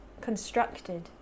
constructed